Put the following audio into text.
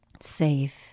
safe